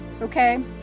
Okay